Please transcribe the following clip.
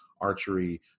archery